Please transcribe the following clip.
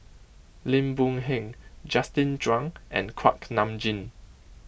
Lim Boon Heng Justin Zhuang and Kuak Nam Jin